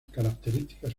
características